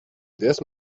this